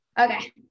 okay